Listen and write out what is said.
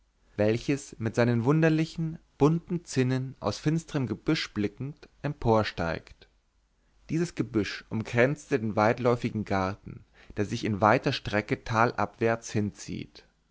welches mit seinen wunderlichen bunten zinnen aus finsterm gebüsch blickend emporsteigt dieses gebüsch umkränzte den weitläufigen garten der sich in weiter strecke talabwärts hinzieht